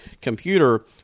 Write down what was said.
computer